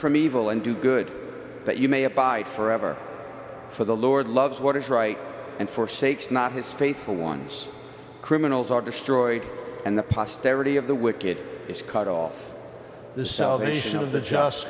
from evil and do good but you may have died for ever for the lord loves what is right and for sakes not his faithful ones criminals are destroyed and the posterity of the wicked is cut off the salvation of the just